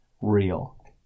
real